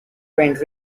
trained